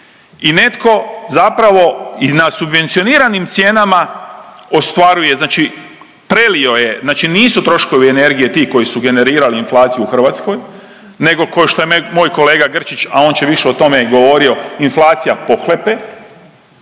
i netko zapravo na subvencioniranim cijenama ostvaruje, znači prelio je, znači nisu troškovi energije ti koji su generirali inflaciju u Hrvatskoj, nego što je moj kolega Grčić, a će više o tome govorio inflacija pohlepe